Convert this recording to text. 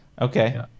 Okay